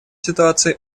ситуации